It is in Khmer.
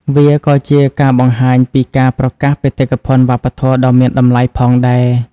វាក៏ជាការបង្ហាញពីការប្រកាសបេតិកភណ្ឌវប្បធម៌ដ៏មានតម្លៃផងដែរ។